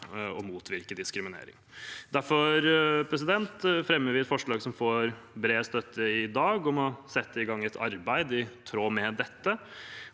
og motvirke diskriminering. Derfor fremmer vi forslag som får bred støtte i dag, om å sette i gang et arbeid i tråd med dette,